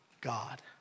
God